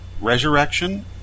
Resurrection